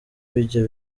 bijya